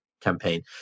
campaign